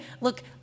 Look